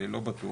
אני לא בטוח,